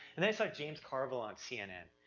and then i saw james carville on cnn,